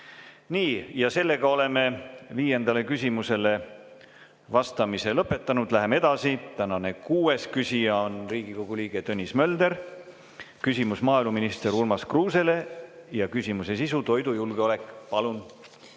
Nii. Oleme viiendale küsimusele vastamise lõpetanud. Läheme edasi. Tänane kuues küsija on Riigikogu liige Tõnis Mölder. Küsimus on maaeluminister Urmas Kruusele ja küsimuse sisu on toidujulgeolek. Palun!